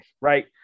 right